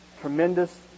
tremendous